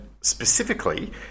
specifically